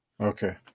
Okay